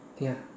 ya